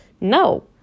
no